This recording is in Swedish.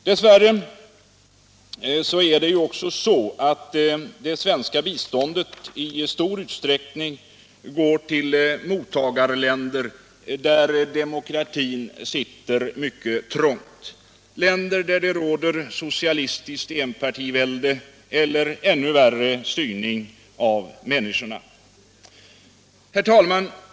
Dess värre är det ju också så att det svenska biståndet i stor utsträckning går till mottagarländer där demokratin sitter mycket trångt, länder där det råder socialistiskt enpartivälde eller ännu värre styrning av människorna. Herr talman!